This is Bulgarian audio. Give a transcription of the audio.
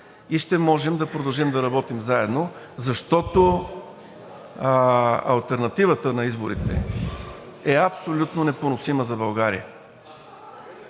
и ще можем да продължим да работим заедно, защото алтернативата на изборите е абсолютно непоносима за България